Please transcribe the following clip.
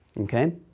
okay